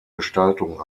gestaltung